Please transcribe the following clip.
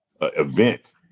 event